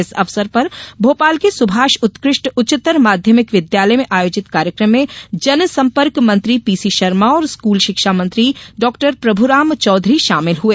इस अवसर पर भोपाल के सुभाष उत्कृष्ट उच्चतर माध्यमिक विद्यालय में आयोजित कार्यक्रम में जनसंपर्क मंत्री पीसी शर्मा और स्कूल शिक्षा मंत्री डॉ प्रभुराम चौधरी शामिल हुए